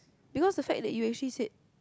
because the fact that you actually said